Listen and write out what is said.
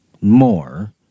more